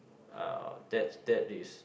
uh that that is